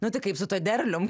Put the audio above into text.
nu tai kaip su tuo derlium